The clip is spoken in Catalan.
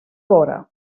vora